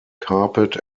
carpet